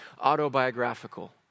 autobiographical